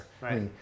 right